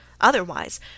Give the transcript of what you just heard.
Otherwise